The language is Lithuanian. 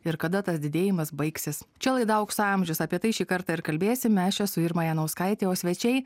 ir kada tas didėjimas baigsis čia laidą aukso amžius apie tai šį kartą ir kalbėsime aš esu irma janauskaitė o svečiai